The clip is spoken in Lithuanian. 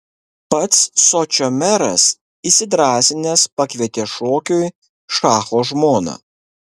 pats sočio meras įsidrąsinęs pakvietė šokiui šacho žmoną